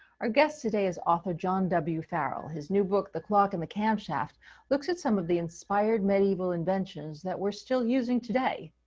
our guest today is author john w. farrell. his new book the clock and the camshaft looks at some of the inspired medieval inventions that we're still using today.